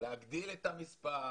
להגדיל את המספר.